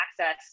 access